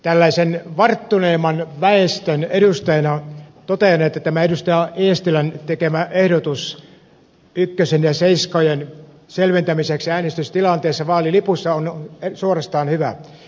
tällaisen varttuneemman väestön edustajana totean että tämä edustaja eestilän tekemä ehdotus ykkösen ja seiskojen selventämiseksi äänestystilanteessa vaalilipussa on suorastaan hyvä